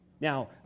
Now